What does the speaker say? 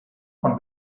von